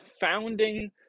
founding